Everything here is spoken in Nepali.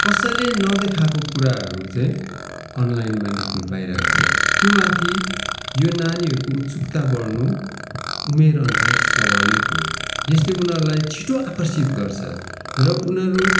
कसैले नदेखाएको कुराहरू चाहिँ अनलाइनमा देख्नु पाइरहेको छ त्यो माथि यो नानीहरूको उत्सुकता बढ्नु उमेर अनुसार स्वाभाविक हो यसले उनीहरूलाई छिटो आकर्षित गर्छ र उनीहरू